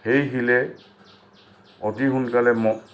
সেই শিলে অতি সোনকালে